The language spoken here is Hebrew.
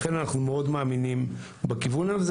לכן אנחנו מאוד מאמינים בכיוון הזה.